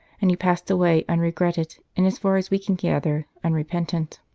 and he passed away unregretted, and as far as we can gather unrepentant.